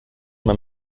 man